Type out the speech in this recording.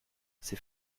ces